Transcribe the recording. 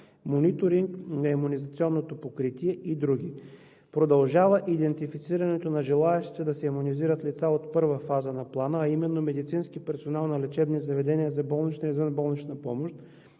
мониторинг на имунизационното покритие и други. Продължава идентифицирането на желаещите да се имунизират лица от първа фаза на Плана, а именно медицински персонал на лечебни заведения за болнична и извънболнична помощ,